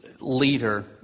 leader